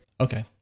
Okay